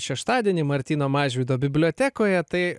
šeštadienį martyno mažvydo bibliotekoje tai